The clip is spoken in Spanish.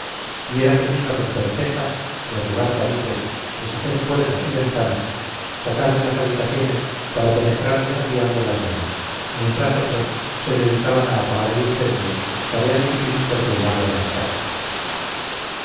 y era preciso romper rejas derribar tabiques deshacer puertas y ventanas para penetrar desafiando las llamas mientras otros se dedicaban a apagar el incendio tarea difícil porque el agua era escasa